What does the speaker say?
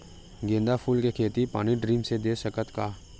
गेंदा फूल के खेती पानी ड्रिप से दे सकथ का?